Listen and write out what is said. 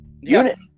unit